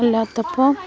അല്ലാത്തപ്പം